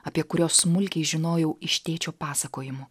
apie kuriuos smulkiai žinojau iš tėčio pasakojimų